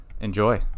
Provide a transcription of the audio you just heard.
Enjoy